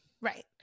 Right